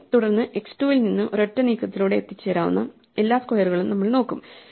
തുടർന്ന് x 2 ൽ നിന്ന് ഒരൊറ്റ നീക്കത്തിലൂടെ എത്തിച്ചേരാവുന്ന എല്ലാ സ്ക്വയറുകളും നമ്മൾ നോക്കും